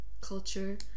culture